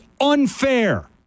unfair